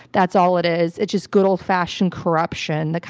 that's all it is. it just good old-fashioned corruption,